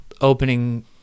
opening